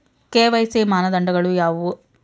KYC ಮಾನದಂಡಗಳು ಯಾವುವು?